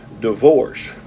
divorce